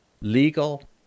legal